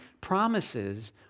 promises